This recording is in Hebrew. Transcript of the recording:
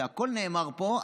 שהכול נאמר פה,